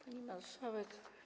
Pani Marszałek!